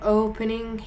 opening